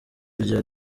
rya